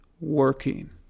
working